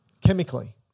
chemically